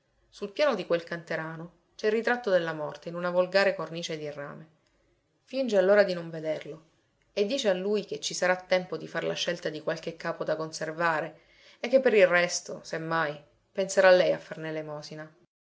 sul piano di quel canterano c'è il ritratto della morta in una volgare cornice di rame finge allora di non vederlo e dice a lui che ci sarà tempo di far la scelta di qualche capo da conservare e che per il resto se mai penserà lei a farne elemosina